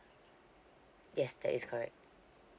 yes that is correct